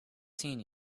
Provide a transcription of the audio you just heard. seen